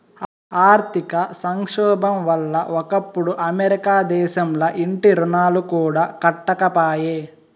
ఆర్థిక సంక్షోబం వల్ల ఒకప్పుడు అమెరికా దేశంల ఇంటి రుణాలు కూడా కట్టకపాయే